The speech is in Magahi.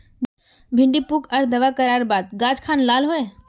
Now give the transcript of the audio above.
भिन्डी पुक आर दावा करार बात गाज खान लाल होए?